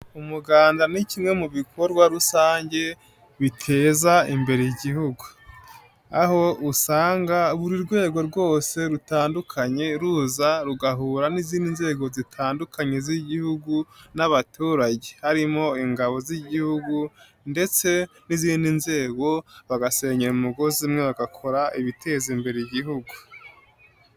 Umuganda ni kimwe mu bikorwa rusange biteza imbere, igihugu aho usanga buri rwego rwose rutandukanye ruza rugahura n'izindi nzego zitandukanye z'igihugu n'abaturage, harimo ingabo z'igihugu, ndetse n'izindi nzego, bagasennyera umugo zimwe, bagakora ibiteza imbere igihugu.